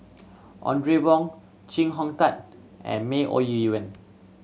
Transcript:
Audrey Wong Chee Hong Tat and May Ooi Yun